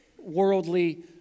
worldly